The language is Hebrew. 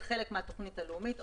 זה חלק מהתוכנית הלאומית,